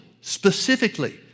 specifically